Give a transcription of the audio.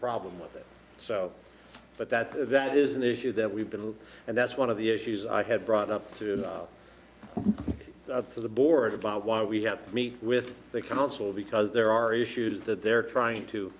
problem with it so but that that is an issue that we've been in and that's one of the issues i had brought up through to the board about why we have to meet with the council because there are issues that they're trying to